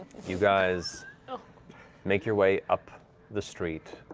you guys make your way up the street,